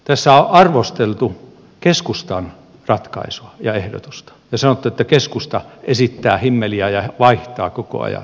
tässä on arvosteltu keskustan ratkaisua ja ehdotusta ja sanottu että keskusta esittää himmeliä ja vaihtaa koko ajan